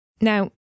Now